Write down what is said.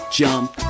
jump